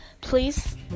please